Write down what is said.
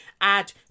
add